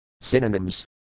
Synonyms